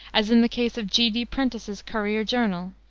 as in the case of g. d. prentice's courier-journal,